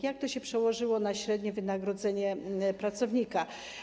Jak to się przełożyło na średnie wynagrodzenie pracownika?